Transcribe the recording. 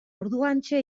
orduantxe